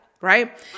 Right